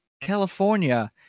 California